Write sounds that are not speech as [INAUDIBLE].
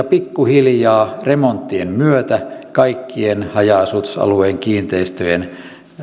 [UNINTELLIGIBLE] pikkuhiljaa remonttien myötä kaikkien haja asutusalueiden kiinteistöjen